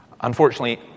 Unfortunately